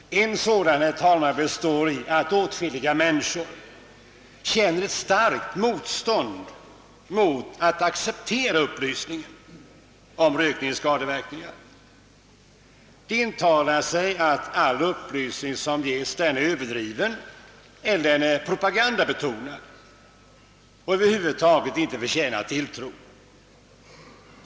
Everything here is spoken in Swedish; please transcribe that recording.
En sådan består i att åtskilliga människor känner ett starkt motstånd mot att acceptera upplysningen om rökningens skadeverkningar. De intalar sig, att all upplysning som ges är överdriven eller propagandabetonad och över huvud taget inte förtjänar tilltro.